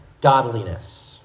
godliness